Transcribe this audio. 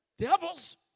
Devils